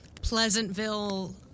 Pleasantville